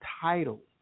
title